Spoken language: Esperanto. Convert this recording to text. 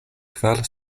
kvar